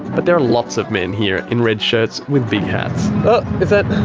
but there are lots of men here in red shirts with big hats. oh! is that,